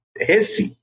hissy